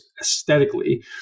aesthetically